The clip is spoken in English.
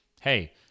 hey